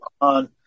on